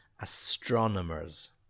astronomers